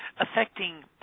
affecting